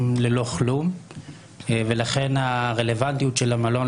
ללא כלום ולכן הרלוונטיות של המלון,